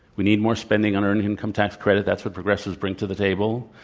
we need more spending on earned income tax credit. that's what progressives bring to the table,